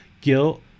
guilt